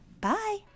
bye